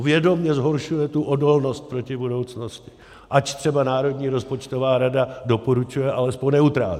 Vědomě zhoršuje tu odolnost proti budoucnosti, ač třeba Národní rozpočtová rada doporučuje alespoň neutrální.